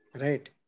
right